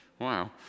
Wow